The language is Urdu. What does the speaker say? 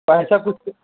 تو ایسا کچھ